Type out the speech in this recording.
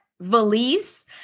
valise